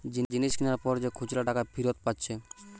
জিনিস কিনার পর যে খুচরা টাকা ফিরত পাচ্ছে